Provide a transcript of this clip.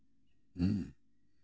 ᱦᱮᱸ